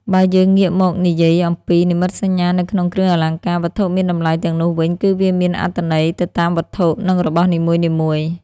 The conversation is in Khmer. បើយើងងាកមកនិយាយអំពី និមិត្តសញ្ញានៅក្នុងគ្រឿងអលង្ការ វត្ថុមានតម្លៃទាំងនោះវិញ គឺវាមានអត្ថន័យទៅតាមវត្ថុ និងរបស់នីមួយៗ។